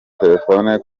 telefone